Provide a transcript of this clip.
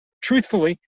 truthfully